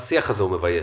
השיח הזה מבייש.